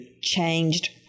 changed